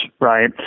Right